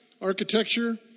architecture